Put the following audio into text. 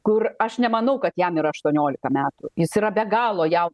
kur aš nemanau kad jam yra aštuoniolika metų jis yra be galo jau